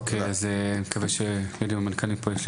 אוקי, אז אני מקווה שהמנכ"לים פה.